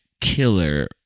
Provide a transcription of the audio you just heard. killer